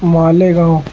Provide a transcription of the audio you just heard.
Malegaon